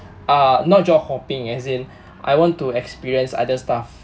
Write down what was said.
uh not job hopping as in I want to experience other stuff